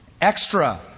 Extra